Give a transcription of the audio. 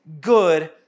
good